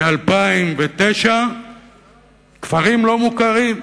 ב-2009 כפרים לא מוכרים.